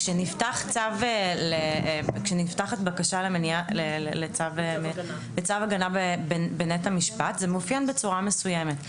כשנפתחת בקשה לצו הגנה בנט המשפט זה מופיע בצורה מסוימת.